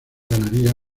ganaría